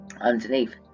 underneath